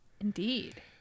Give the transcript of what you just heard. Indeed